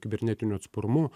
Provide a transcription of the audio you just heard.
kibernetiniu atsparumu